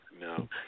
No